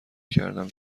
کردم